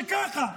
שככה,